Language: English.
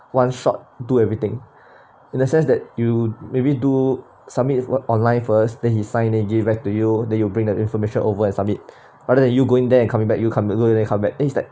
one shot do everything in the sense that you maybe do submit wh~ online first then he sign and give back to you then you bring the information over and submit other than you going there and coming back you go and come back then it's like